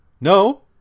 No